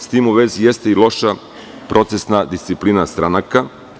S tim u vezi jeste i loša procesna disciplina stranaka.